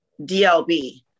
DLB